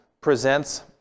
presents